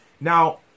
Now